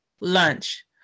lunch